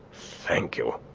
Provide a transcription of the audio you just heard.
thank you.